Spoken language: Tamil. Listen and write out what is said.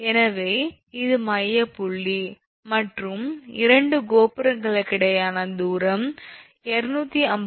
எனவே இது மையப்புள்ளி மற்றும் இரண்டு கோபுரங்களுக்கிடையேயான தூரம் 250 m